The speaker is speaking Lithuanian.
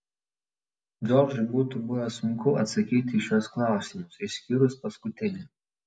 džordžui būtų buvę sunku atsakyti į šiuos klausimus išskyrus paskutinį